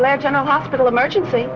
last general hospital emergency